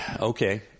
okay